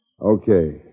Okay